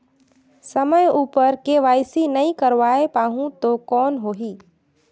समय उपर के.वाई.सी नइ करवाय पाहुं तो कौन होही?